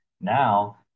Now